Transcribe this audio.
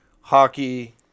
Hockey